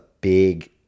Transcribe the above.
big